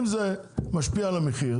אם זה משפיע על המחיר,